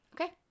Okay